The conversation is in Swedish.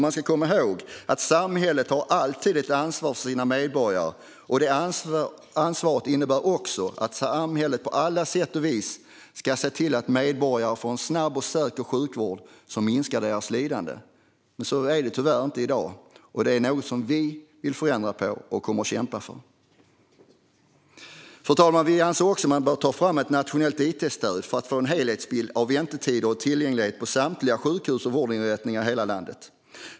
Man ska komma ihåg att samhället alltid har ett ansvar för sina medborgare, och det ansvaret innebär också att samhället på alla sätt och vis ska se till att medborgarna får en snabb och säker sjukvård som minskar deras lidande. Men så är det tyvärr inte i dag, och det är något som vi vill förändra och kämpa för. Fru talman! Vi anser också att man bör ta fram ett nationellt it-stöd för att få en helhetsbild av väntetider och tillgänglighet på samtliga sjukhus och vårdinrättningar i hela landet.